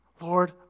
Lord